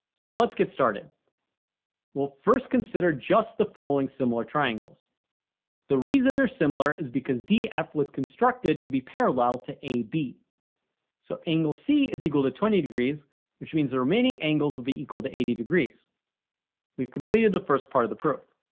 so let's get started we'll first consider just the following similar triangles the reason they're similar is because df was constructed to be parallel to a b so angle c is equal to twenty degrees which means the remaining angles will be equal to eighty degrees we've completed the first part of the proof